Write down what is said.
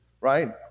right